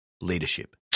leadership